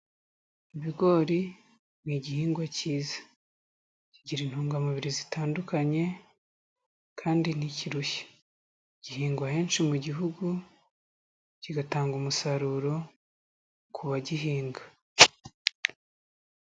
Ibigori ni igihingwa cyiza, kigira intungamubiri zitandukanye kandi ntikirushya, gihingwa henshi mu gihugu kigatanga umusaruro ku bagihinga.